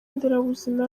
nderabuzima